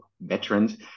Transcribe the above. veterans